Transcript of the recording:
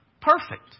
perfect